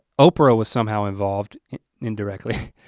oprah was somehow involved indirectly.